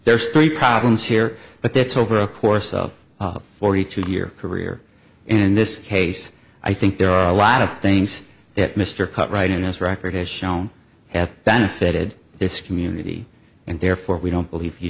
there's three problems here but that over a course of forty two year career in this case i think there are a lot of things that mr cut right in his record has shown have benefited this community and therefore we don't believe